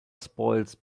spoils